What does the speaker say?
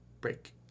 break